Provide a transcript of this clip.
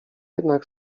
jednak